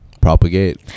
Propagate